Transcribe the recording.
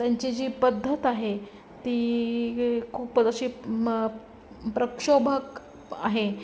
त्यांची जी पद्धत आहे ती खूप अशी म प्रक्षोभक आहे